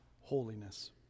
holiness